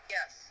Yes